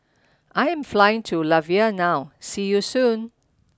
I am flying to Latvia now see you soon